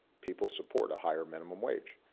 people support a higher minimum wage.